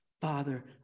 father